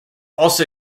also